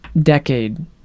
decade